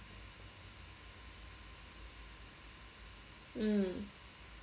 mm